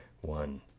One